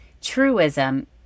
truism